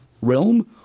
realm